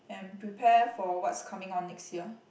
and prepare for what's coming on next year